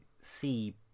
see